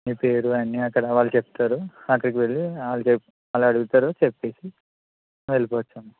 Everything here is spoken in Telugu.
మీ పేరు అవన్ని అక్కడ వాళ్ళు చెప్తారు అక్కడికి వెళ్ళి వాళ్ళు అడుగుతారు చెప్పేసి వెళ్ళిపోవచ్చు అమ్మ